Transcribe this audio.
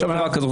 יש תקנה כזאת.